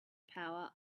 power